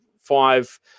five